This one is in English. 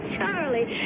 Charlie